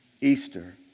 Easter